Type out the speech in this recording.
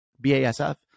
b-a-s-f